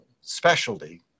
specialty